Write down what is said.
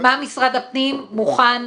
מה משרד הפנים מוכן,